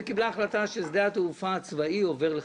היא קיבלה החלטה ששדה התעופה הצבאי עובר לחצור,